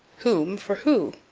whom for who.